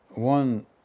One